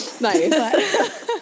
nice